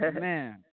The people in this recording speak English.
Man